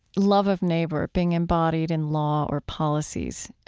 love of neighbor being embodied in law or policies,